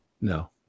No